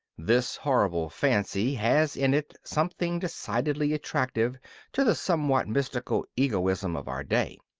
this horrible fancy has in it something decidedly attractive to the somewhat mystical egoism of our day.